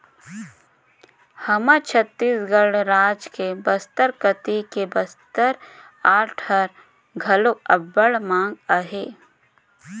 हमर छत्तीसगढ़ राज के बस्तर कती के बस्तर आर्ट ह घलो अब्बड़ मांग अहे